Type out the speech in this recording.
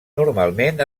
normalment